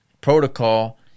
protocol